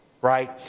right